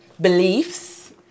beliefs